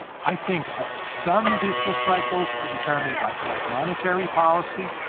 i think some business cycles are determined by bad monetary policy.